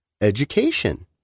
education